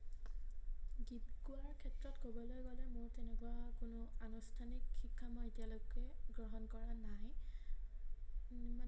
গীত গোৱাৰ ক্ষেত্ৰত ক'বলৈ গলে মোৰ তেনেকুৱা কোনো আনুষ্ঠানিক শিক্ষা মই এতিয়ালৈকে গ্ৰহণ কৰা নাই